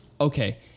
Okay